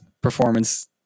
performance